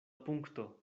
punkto